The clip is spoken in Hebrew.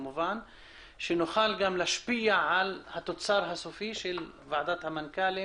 שנוכל להשפיע על התוצר הסופי של ועדת המנכ"לים